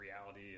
reality